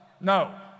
no